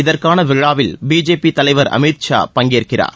இதற்கான விழாவில் பிஜேபி தலைவர் அமித் ஷா பங்கேற்கிறார்